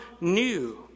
new